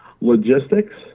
logistics